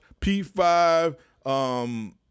P5